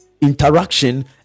interaction